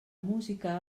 música